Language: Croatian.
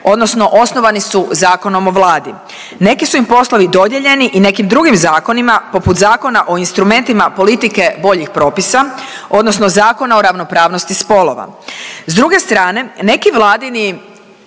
odnosno osnovani su Zakonom o Vladi. Neki su im poslovi dodijeljeni i nekim drugim zakonima poput Zakona o instrumentima politike boljih propisa odnosno Zakona o ravnopravnosti spolova. S druge strane neki vladini